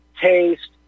taste